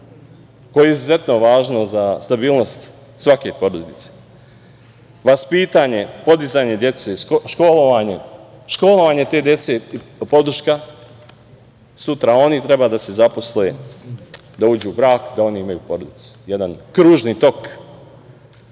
koje je izuzetno važno za stabilnost svake porodice, vaspitanje, podizanje dece, školovanje te dece, podrška. Sutra oni treba da se zaposle, da uđu u brak, da oni imaju porodicu. Jedan kružni tok